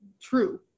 true